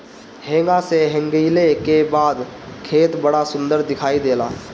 हेंगा से हेंगईले के बाद खेत बड़ा सुंदर दिखाई देला